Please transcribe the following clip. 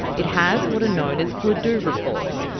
it has what are known as gladue reports,